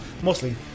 mostly